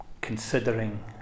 considering